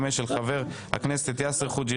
פ/245/25 רוויזיה על החלטת הוועדה בדבר העברת